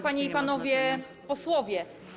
Panie i Panowie Posłowie!